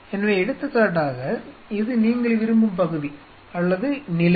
எனவே எடுத்துக்காட்டாக இது நீங்கள் விரும்பும் பகுதி அல்லது நிலை